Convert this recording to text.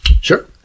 Sure